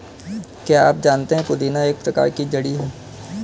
क्या आप जानते है पुदीना एक प्रकार की जड़ी है